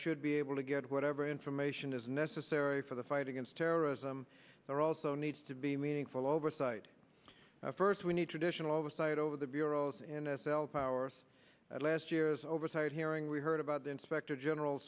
should be able to get whatever information is necessary for the fight against terrorism there also needs to be meaningful oversight first we need traditional oversight over the bureau's in s l powers at last year's oversight hearing we heard about the inspector general